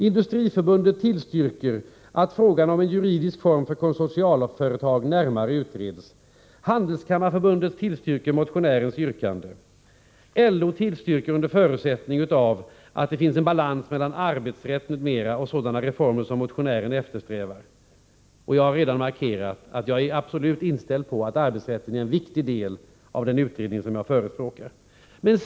Industriförbundet tillstyrker att frågan om en juridisk form för ”konsortialföretag” närmare utreds. Handelskammarförbundet tillstyrker motionärens yrkande. LO tillstyrker under förutsättning att det finns en balans mellan arbetsrätt m.m. och sådana reformer som motionären eftersträvar. Jag har redan markerat att jag är absolut inställd på att arbetsrätten är en viktig del av den utredning som jag förespråkar.